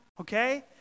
okay